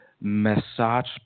massage